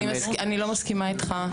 אז אני לא מסכימה איתך.